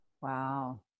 Wow